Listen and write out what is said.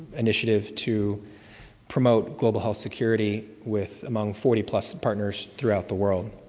initiative to promote global health security with among forty plus partners throughout the world.